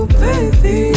baby